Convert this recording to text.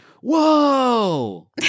Whoa